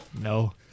no